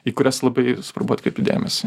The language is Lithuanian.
į kurias labai svarbu atkreipti dėmesį